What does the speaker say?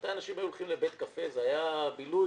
אנשים היו הולכים לבית קפה, זה היה בילוי.